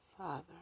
Father